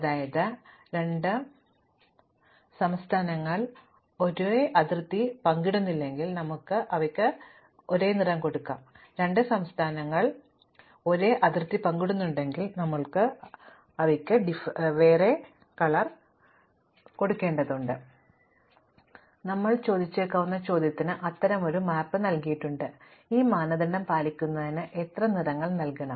അതിനാൽ ഞങ്ങൾ ചോദിച്ചേക്കാവുന്ന ചോദ്യത്തിന് അത്തരമൊരു മാപ്പ് നൽകിയിട്ടുണ്ട് ഈ മാനദണ്ഡം പാലിക്കുന്നതിന് നമുക്ക് എത്ര നിറങ്ങൾ നൽകണം